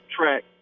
track